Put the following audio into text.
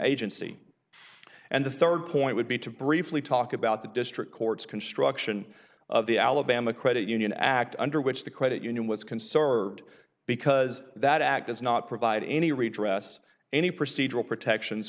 agency and the rd point would be to briefly talk about the district court's construction of the alabama credit union act under which the credit union was conserved because that act does not provide any redress any procedural protections